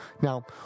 Now